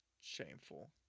shameful